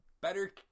better